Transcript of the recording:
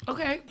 Okay